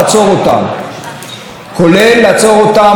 כולל לעצור אותם באש.